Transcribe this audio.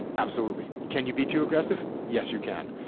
absolutely. can you be too aggressive? yes, you can.